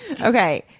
Okay